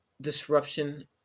disruption